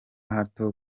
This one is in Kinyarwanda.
hato